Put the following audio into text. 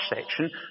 section